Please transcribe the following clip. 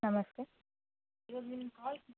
ನಮಸ್ತೆ